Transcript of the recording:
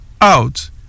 out